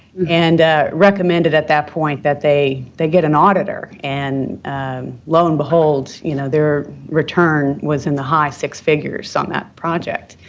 and recommended at that point that they they get an auditor, and lo and behold, you know, their return was in the high six figures on that project.